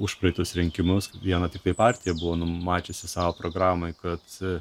užpraeitus rinkimus viena tiktai partija buvo numačiusi savo programai kad